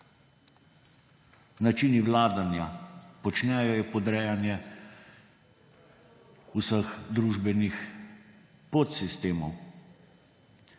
načini vladanja počnejo, je podrejanje vseh družbenih podsistemov.